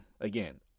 again